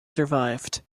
survived